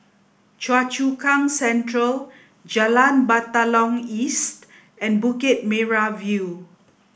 Choa Chu Kang Central Jalan Batalong East and Bukit Merah View